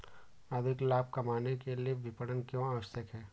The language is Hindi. अधिक लाभ कमाने के लिए विपणन क्यो आवश्यक है?